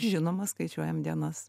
žinoma skaičiuojam dienas